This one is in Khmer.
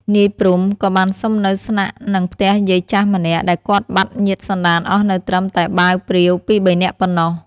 នាយ ព្រហ្ម ក៏បានសុំនៅស្នាក់នឹងផ្ទះយាយចាស់ម្នាក់ ដែលគាត់បាត់ញាតិសន្ដានអស់នៅត្រឹមតែបាវព្រាវពីរបីនាក់ប៉ុណ្ណោះ ។